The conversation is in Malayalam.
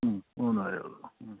മ് മൂന്ന് പേർ